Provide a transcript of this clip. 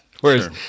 Whereas